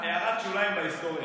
הערת שוליים בהיסטוריה.